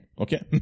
Okay